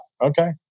Okay